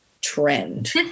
trend